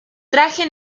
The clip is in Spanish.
traje